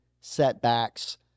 setbacks